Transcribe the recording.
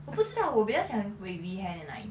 我不知道我比较喜欢 wavy hair 的男孩子